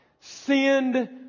send